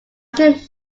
should